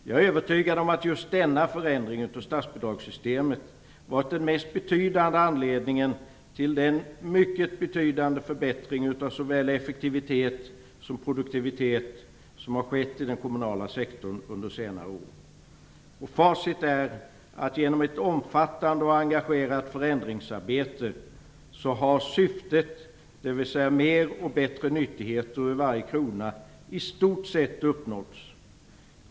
Jag är övertygad om att just denna förändring av statsbidragssystemet har varit den främsta anledningen till den mycket betydande förbättring av såväl effektivitet som produktivitet som skett i den kommunala sektorn under senare år. Facit är att genom ett omfattande och engagerat förändringsarbete har syftet - dvs. fler och bättre nyttigheter för varje krona - i stort sett uppnåtts.